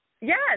Yes